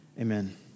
Amen